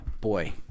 boy